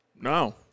No